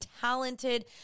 talented